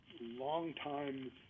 longtime